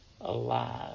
alive